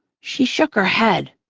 she shook her head.